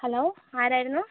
hello ആരായിരുന്നു